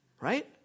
right